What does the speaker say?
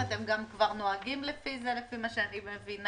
אתם גם כבר נוהגים לפי זה לפי מה שאני מבינה,